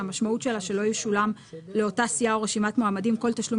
שהמשמעות שלה שלא ישולם לאותה סיעה או רשימת מועמדים כל תשלום